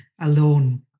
alone